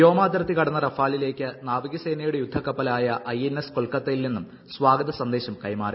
വ്യോമാതിർത്തി കടന്ന റഫാലിലേക്ക് നാവികസേനയുടെ യുദ്ധകപ്പലായ ഐഎൻഎസ്കൊൽക്കത്തയിൽ നിന്നും സ്വാഗത സന്ദേശം കൈമാറി